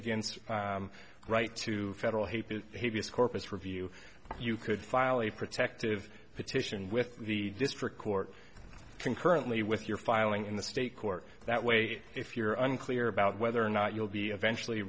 against right to federal hate that he views corpus review you could file a protective petition with the district court concurrently with your filing in the state court that way if you're unclear about whether or not you'll be eventually